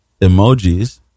emojis